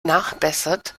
nachbessert